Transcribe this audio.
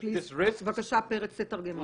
אנחנו